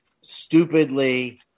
stupidly